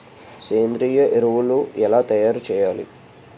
సేంద్రీయ ఎరువులు ఎలా తయారు చేయాలి?